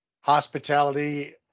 Hospitality